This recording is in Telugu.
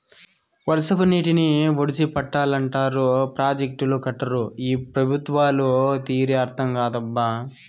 వర్షపు నీటిని ఒడిసి పట్టాలంటారు ప్రాజెక్టులు కట్టరు ఈ పెబుత్వాల తీరే అర్థం కాదప్పా